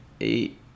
eight